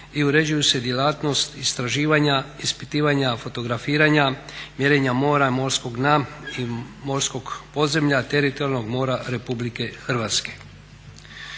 i uređuju se djelatnost istraživanja, ispitivanja, fotografiranja, mjerenja mora, morskog dna i morskog podzemlja teritorijalnog mora RH. Što se